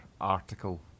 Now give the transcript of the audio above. article